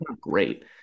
Great